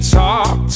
talk